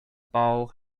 bowl